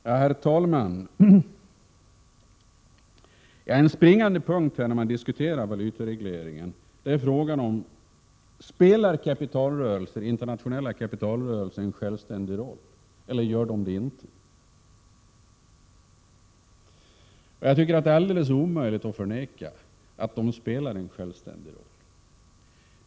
Herr talman! En springande punkt när man diskuterar valutaregleringar är frågan huruvida internationella kapitalrörelser spelar en självständig roll eller om de inte gör det. Det är alldeles omöjligt att förneka att de spelar en självständig roll.